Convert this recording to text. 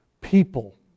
people